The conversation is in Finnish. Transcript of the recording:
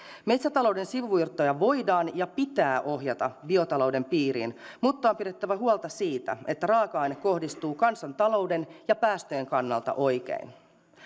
metsätalouden sivuvirtoja voidaan ja pitää ohjata biotalouden piiriin mutta on pidettävä huolta siitä että raaka aine kohdistuu kansantalouden ja päästöjen kannalta oikein